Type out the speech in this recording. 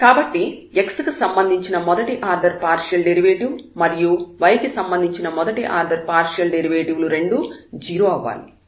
కాబట్టి x కి సంబంధించిన మొదటి ఆర్డర్ పార్షియల్ డెరివేటివ్ మరియు y కి సంబంధించిన మొదటి ఆర్డర్ పార్షియల్ డెరివేటివ్ లు రెండూ 0 అవ్వాలి